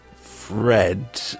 Fred